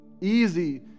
easy